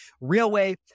Railway